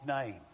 name